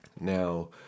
Now